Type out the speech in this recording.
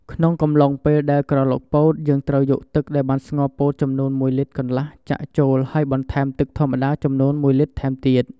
ក្នុងកំឡុងពេលដែលក្រឡុកពោតយើងត្រូវយកទឹកដែលបានស្ងោរពោតចំនួន ១លីត្រកន្លះចាក់ចូល ហើយបន្ថែមទឹកធម្មតាចំនួន១លីត្រថែមទៀត។